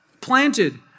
planted